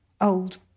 old